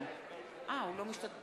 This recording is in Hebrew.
אינו משתתף